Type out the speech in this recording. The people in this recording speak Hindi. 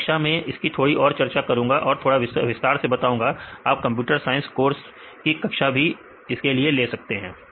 इस कक्षा में मैं इसकी थोड़ी और चर्चा करूंगा और थोड़ा विस्तार से बताऊंगा आप कंप्यूटर साइंस कोर्स की कक्षा भी ले सकते हैं